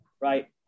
Right